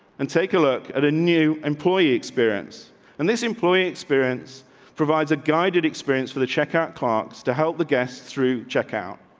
and take a look at a new employee experience on and this employee experience provides a guided experience for the checkout clark's to help the guests through checkout,